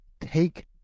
take